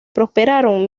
prosperaron